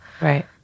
Right